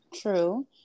True